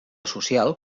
social